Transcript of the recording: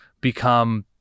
become